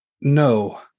no